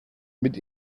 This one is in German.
mit